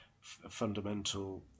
fundamental